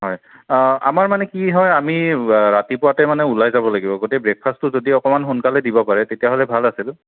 হয় আমাৰ মানে কি হয় আমি ৰাতিপুৱাতে মানে ওলাই যাব লাগিব গতিকে ব্ৰেকফাষ্টটো যদি অকণমান সোনকালে দিব পাৰে তেতিয়াহ'লে ভাল আছিল